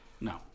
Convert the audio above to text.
No